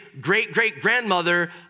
great-great-grandmother